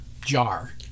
jar